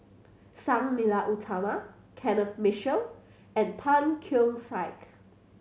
Sang Nila Utama Kenneth Mitchell and Tan Keong Saik